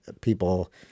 people